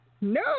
No